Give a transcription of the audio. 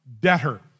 debtor